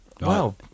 Wow